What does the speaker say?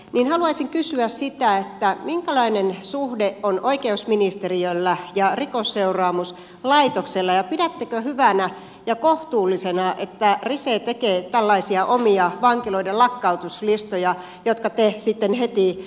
niin voisi kysyä sitä että minkälainen suhde on oikeusministeriöllä ja rikosseuraamuslaitoksella ja pidättekö hyvänä ja kohtuullisena että rise tekee tällaisia omia vankiloiden lakkautuslistoja jotka te sitten heti tyrmäätte